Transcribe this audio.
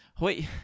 Wait